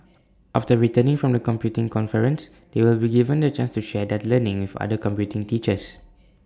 after returning from the computing conference they will be given the chance to share their learning with other computing teachers